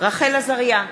רחל עזריה,